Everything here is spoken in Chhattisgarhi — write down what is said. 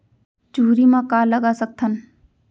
चुहरी म का लगा सकथन?